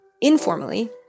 informally